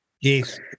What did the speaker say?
Yes